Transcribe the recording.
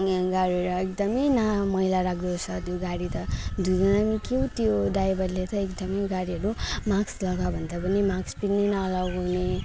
गाडी र एकदम न मैला राख्दो रहेछ त्यो गाडी त धुँदैन कि के हो त्यो ड्राइभरले त एकदम गाडीहरू मास्क लगाऊ भन्दा पनि मास्क पनि न लगाउने